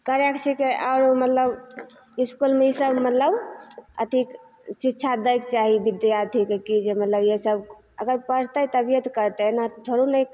करैक छिकै आरो मतलब इसकुलमे ईसब मतलब अथी शिक्षा दैके चाही विद्यार्थीके कि जे मतलब ये सब अगर पढ़तै तभिए तऽ करतै एना थोरो नै